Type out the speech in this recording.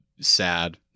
sad